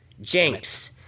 Jinx